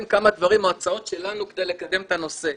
כמה דברים או הצעות שלנו כדי לקדם את הנושא.